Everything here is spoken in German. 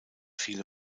viele